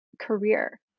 career